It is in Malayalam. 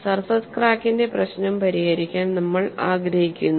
സർഫേസ് ക്രാക്കിന്റെ പ്രശ്നം പരിഹരിക്കാൻ നമ്മൾ ആഗ്രഹിക്കുന്നു